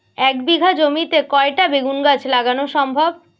এক বিঘা জমিতে কয়টা বেগুন গাছ লাগানো সম্ভব?